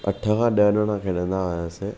अठ खां ॾह ॼणा खेॾंदा हुयासीं